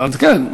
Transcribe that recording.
אז כן,